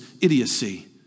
idiocy